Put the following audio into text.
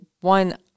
One